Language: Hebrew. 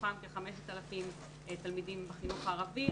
מתוכם כ-7,000 תלמידים בחינוך הערבי,